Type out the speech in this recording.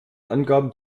angaben